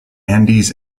andes